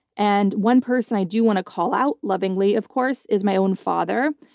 and one person i do want to call out, lovingly of course, is my own father.